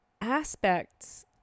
aspects